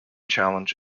challenge